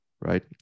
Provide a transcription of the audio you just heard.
right